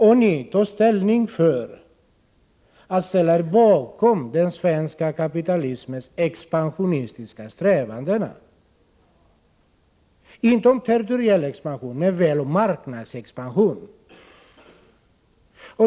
Ert ställningstagande blir då att stödja den svenska kapitalismens expansionistiska strävanden — det handlar inte om territoriell expansion, men väl om marknadsexpansion.